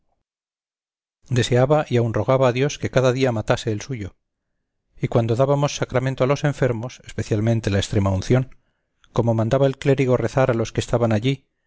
deseaba y aun rogaba a dios que cada día matase el suyo y cuando dábamos sacramento a los enfermos especialmente la extrema unción como manda el clérigo rezar a los que están allí